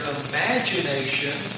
imagination